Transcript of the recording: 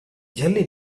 jelly